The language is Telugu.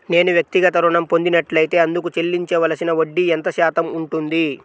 నేను వ్యక్తిగత ఋణం పొందినట్లైతే అందుకు చెల్లించవలసిన వడ్డీ ఎంత శాతం ఉంటుంది?